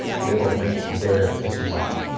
we have a link there as well.